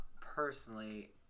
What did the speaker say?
personally